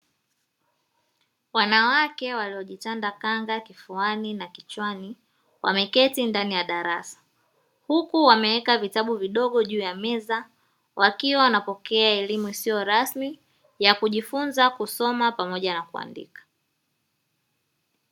Wanawake waliojitanda kanga kifuani na kichwani, wameketi ndani ya darasa, huku wameweka vitabu vidogo juu ya meza, wakiwa wanapokea elimu isiyo rasmi ya kujifunza kusoma pamoja na kuandika.